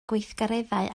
gweithgareddau